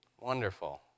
Wonderful